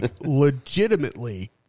legitimately